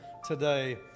today